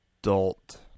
adult